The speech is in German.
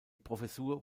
professur